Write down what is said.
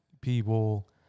people